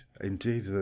Indeed